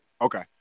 Okay